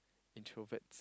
introvert